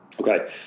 Okay